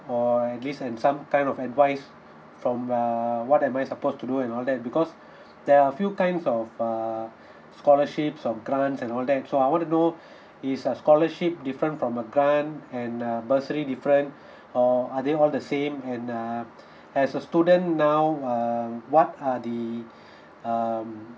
for at least and some kind of advice from err what am I supposed to do and all that because there are a few kinds of uh scholarships or grants and all that so I want to know is a scholarship different from a grant and uh bursary different or are they all the same and uh as a student now um what are the um